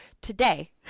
today